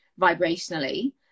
vibrationally